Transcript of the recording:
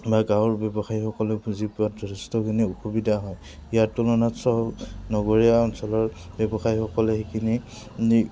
বা গাঁৱৰ ব্যৱসায়ীসকলে বুজি পোৱাত যথেষ্টখিনি অসুবিধা হয় ইয়াৰ তুলনাত চ নগৰীয়া অঞ্চলৰ ব্যৱসায়ীসকলে সেইখিনি